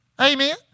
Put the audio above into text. Amen